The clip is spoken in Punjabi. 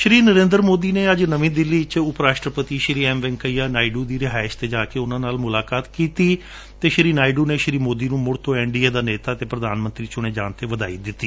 ਸ਼ੀ ਨਰੇਂਦਰ ਮੋਦੀ ਨੇ ਅੱਜ ਨਵੀ ਦਿੱਲੀ ਉਪ ਰਾਸ਼ਟਰਪਤੀ ਸ਼ੀ ਐਮ ਵੈਂਕੇਆ ਨਾਇਡੂ ਦੀ ਰਿਹਾਇਸ਼ ਡੇ ਜਾਕੇ ਉਨਾਂ ਨਾਲ ਮੁਲਾਕਾਤ ਕੀਤੀ ਅਤੇ ਸ਼ੀ ਨਾਇਡੁ ਨੇ ਸ਼ੀ ਮੋਦੀ ਨੂੰ ਮੁੜ ਤੋ ਐਨਡੀਏ ਦਾ ਨੇਤਾ ਅਤੇ ਪੁਧਾਨਮੰਤਰੀ ਚੁਣੇ ਜਾਣ ਤੇ ਵਧਾਈ ਦਿੱਤੀ